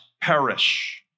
perish